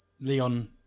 Leon